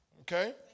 Okay